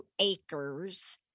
acres